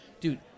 Dude